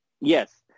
Yes